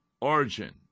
origin